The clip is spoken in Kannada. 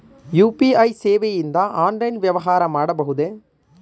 ಯು.ಪಿ.ಐ ಸೇವೆಯಿಂದ ಆನ್ಲೈನ್ ವ್ಯವಹಾರ ಮಾಡಬಹುದೇ?